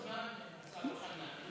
השר אוחנה,